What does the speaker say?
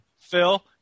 Phil